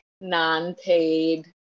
non-paid